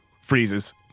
freezes